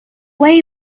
way